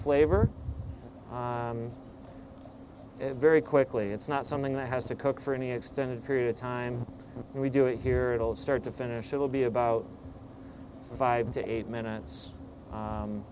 flavor very quickly it's not something that has to cook for any extended period of time we do it here it'll start to finish it will be about five to eight minutes